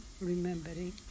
remembering